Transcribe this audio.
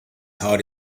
hard